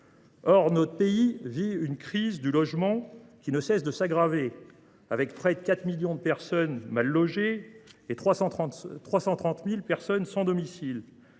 Or notre pays vit une crise du logement qui ne cesse de s’aggraver : on dénombre aujourd’hui près de 4 millions de personnes mal logées et 330 000 personnes sans domicile.